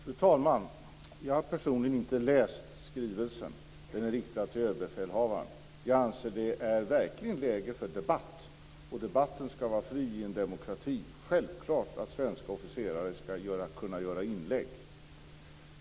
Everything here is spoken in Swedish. Fru talman! Jag har personligen inte läst skrivelsen. Den är riktad till överbefälhavaren. Jag anser att det verkligen är läge för debatt, och debatten skall vara fri i en demokrati. Självklart skall svenska officerare kunna göra inlägg.